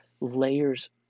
layers